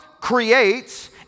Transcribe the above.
creates